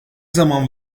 zaman